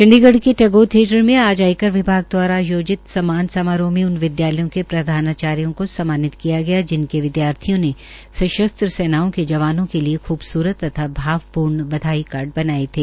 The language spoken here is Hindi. चंडीगढ़ के टैगारे थियेटर मे आज आयकर विभाग द्वारा आयोजित सम्मान समारोह में उन विदयालयों के प्रधानाचार्य को सम्मानित किया गया जिनके विदयार्थियों ने सशस्त्र सेनाओं के जवानों के लिये ख्बसूरत तथा भावपूर्ण बधाई बनाए थे